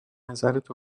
نظرتو